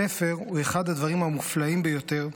ספר הוא אחד הדברים המופלאים ביותר,